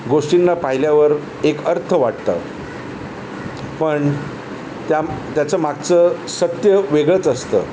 गोष्टींना पाहिल्यावर एक अर्थ वाटतं पण त्या त्याचं मागचं सत्य वेगळंच असतं